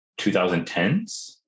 2010s